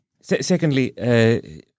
Secondly